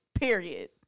Period